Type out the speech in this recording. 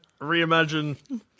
reimagine